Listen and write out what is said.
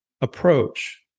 approach